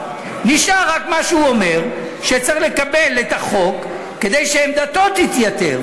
נשאר רק מה שהוא אומר שצריך לקבל את החוק כדי שעמדתו תתייתר.